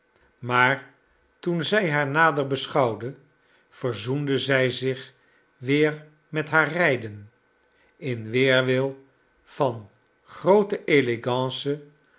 maar toen zij haar nader beschouwde verzoende zij zich weer met haar rijden in weerwil van groote